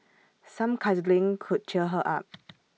some cuddling could cheer her up